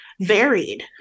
varied